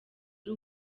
ari